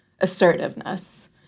assertiveness